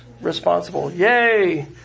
responsible—yay